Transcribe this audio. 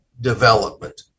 development